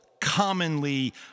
commonly